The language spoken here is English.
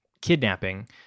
kidnapping